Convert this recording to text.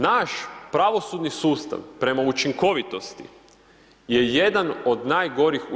Naš pravosudni sustav prema učinkovitosti je jedan od najgorih u EU.